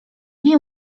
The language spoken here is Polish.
nie